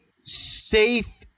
safe